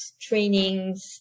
trainings